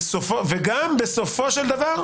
וגם, בסופו של דבר,